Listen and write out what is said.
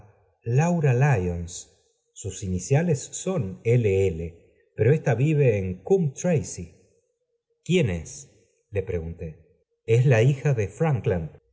laura lyons sus iniciales son l l pero vive en coómbe traeey quién es le pregunté es la hija de frankland